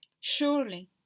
Surely